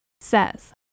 says